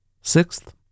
Sixth